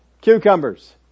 cucumbers